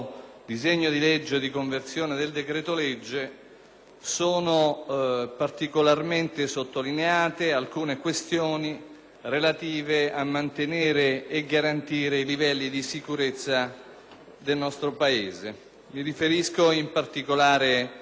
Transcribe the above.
sono particolarmente sottolineate alcune questioni relative al mantenimento ed alla garanzia dei livelli di sicurezza nel nostro Paese. Mi riferisco, in particolare, all'articolo 11 del provvedimento,